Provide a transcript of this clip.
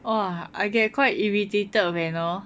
!wah! I get quite irritated when hor